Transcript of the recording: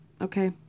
okay